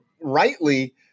rightly